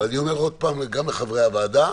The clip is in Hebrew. אבל אני אומר עוד פעם גם לחברי הוועדה: